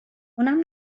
اونم